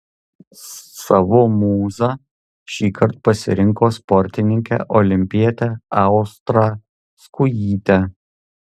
savo mūza šįkart pasirinko sportininkę olimpietę austrą skujytę